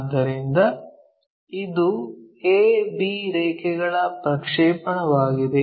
ಆದ್ದರಿಂದ ಇದು A B ರೇಖೆಗಳ ಪ್ರಕ್ಷೇಪಣವಾಗಿದೆ